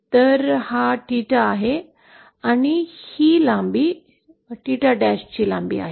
तर हा 𝜽 आहे आणि ही लांबी 𝜽 ची लांबी आहे